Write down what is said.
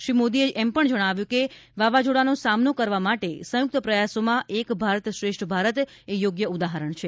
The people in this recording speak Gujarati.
શ્રી મોદીએ પણ જણાવ્યું કે વાવાઝોડા ફેણીનો સામનો કરવા માટે સંયુક્ત પ્રયાસોમાં એક ભારત શ્રેષ્ઠ ભારત એ યોગ્ય ઉદાહરણ છે